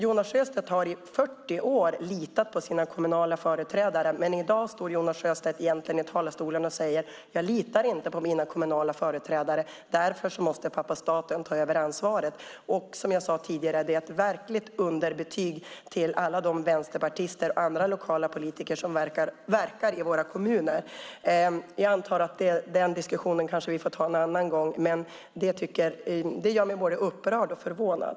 I 40 år har Jonas Sjöstedt litat på sina kommunala företrädare, men i dag står Jonas Sjöstedt i talarstolen och säger att han egentligen inte litar på sina kommunala företrädare och därför måste pappa staten ta över ansvaret. Som jag sade tidigare är det ett verkligt underbetyg till alla de vänsterpartister och andra lokala politiker som verkar i våra kommuner. Jag antar att vi kanske får ta den diskussionen en annan gång, men det gör mig både upprörd och förvånad.